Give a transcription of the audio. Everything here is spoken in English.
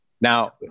Now